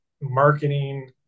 marketing